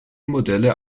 modelle